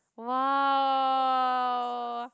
!wow!